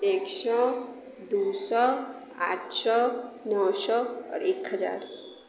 एक सए दू सए आठ सए नओ सए आओर एक हजार